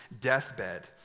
deathbed